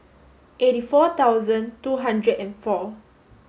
eighty four thousand two hundred and four